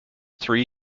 three